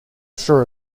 sure